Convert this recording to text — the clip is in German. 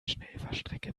schnellfahrstrecke